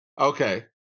Okay